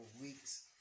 weeks